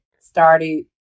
started